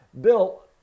bill